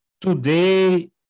today